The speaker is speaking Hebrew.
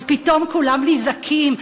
אז פתאום כולם נזעקים,